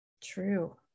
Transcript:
true